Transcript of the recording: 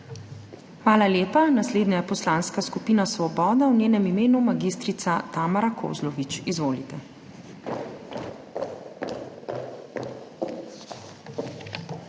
Hvala lepa. Naslednja je Poslanska skupina Svoboda, v njenem imenu mag. Tamara Kozlovič. Izvolite.